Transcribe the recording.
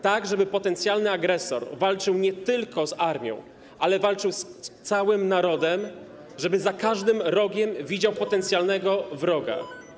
Tak żeby potencjalny agresor walczył nie tylko z armią, ale walczył z całym narodem, żeby za każdym rogiem widział potencjalnego wroga.